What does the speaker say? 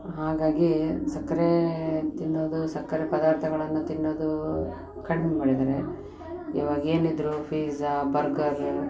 ಹಾಗಾಗಿ ಸಕ್ಕರೆ ತಿನ್ನೋದು ಸಕ್ಕರೆ ಪದಾರ್ಥಗಳನ್ನು ತಿನ್ನೋದು ಕಡ್ಮೆ ಮಾಡಿದ್ದಾರೆ ಇವಾಗ ಏನಿದ್ದರೂ ಫೀಝಾ ಬರ್ಗರು